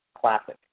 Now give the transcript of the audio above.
classic